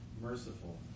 merciful